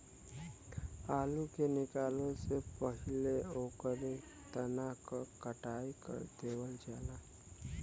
आलू के निकाले से पहिले ओकरे तना क कटाई कर देवल जाला